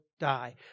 die